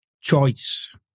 Choice